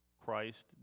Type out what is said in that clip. Christ